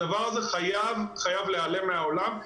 הדבר הזה חייב להיעלם מהעולם,